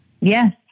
Yes